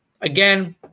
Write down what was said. Again